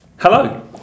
Hello